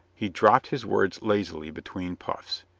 he dropped his words lazily between puffs.